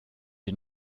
die